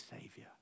Savior